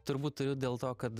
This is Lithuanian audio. turbūt turiu dėl to kad